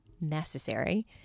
necessary